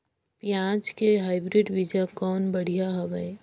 पियाज के हाईब्रिड बीजा कौन बढ़िया हवय?